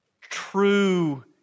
true